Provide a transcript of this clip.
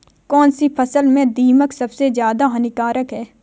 कौनसी फसल में दीमक सबसे ज्यादा हानिकारक है?